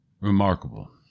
remarkable